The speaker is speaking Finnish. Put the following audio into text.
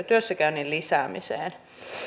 työssäkäynnin lisäämiseen